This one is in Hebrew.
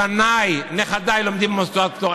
בניי ונכדיי לומדים במוסדות פטור.